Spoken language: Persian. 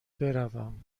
بروم